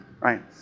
right